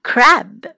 Crab